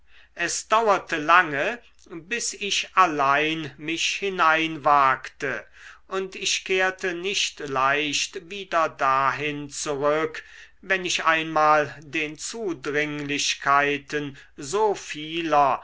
es dauerte lange bis ich allein mich hineinwagte und ich kehrte nicht leicht wieder dahin zurück wenn ich einmal den zudringlichkeiten so vieler